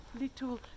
little